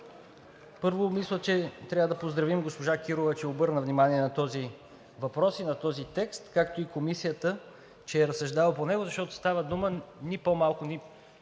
Първо, мисля, че трябва да поздравим госпожа Кирова, че обърна внимание на този въпрос и на този текст, както и Комисията, че е разсъждавала по него, защото става дума ни по-малко, ни